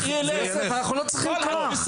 יוסף אנחנו לא צריכים כוח.